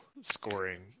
scoring